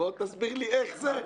בוא תסביר לי איך זה.